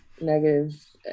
negative